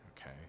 okay